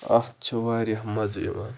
اَتھ چھُ واریاہ مَزٕ یِوان